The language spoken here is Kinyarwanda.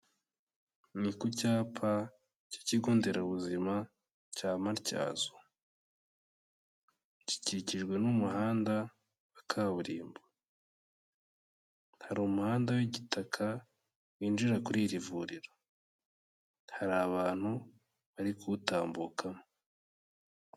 Ni ku cyapa cy'ikigo nderabuzima cya Matyazo, gikikijwe n'umuhanda wa kaburimbo. Hari umuhanda w'igitaka winjira kuri iri vuriro, hari abantu bari kuwutambukamo.